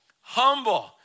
humble